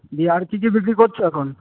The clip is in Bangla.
দিয়ে আর কী কী বিক্রি করছ এখন